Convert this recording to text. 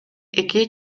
эки